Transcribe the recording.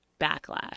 backlash